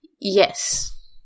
Yes